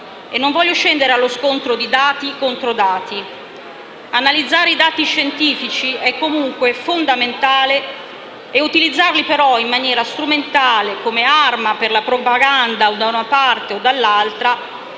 e non voglio scendere allo scontro di dati contro dati. Analizzare i dati scientifici è comunque fondamentale, utilizzarli, però, in maniera strumentale come arma per la propaganda, da una parte o dall'altra,